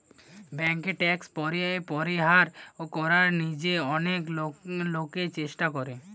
বেঙ্কে ট্যাক্স পরিহার করার জিনে অনেক লোকই চেষ্টা করে